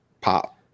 pop